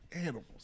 animals